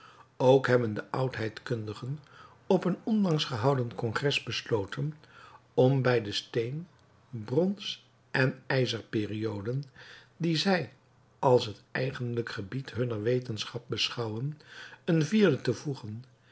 ook hebben de oudheidkundigen op een onlangs gehouden congres besloten om bij de steen brons en ijzerperioden die zij als het eigenlijk gebied hunner wetenschap beschouwen eene vierde te voegen